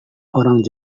orang